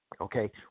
Okay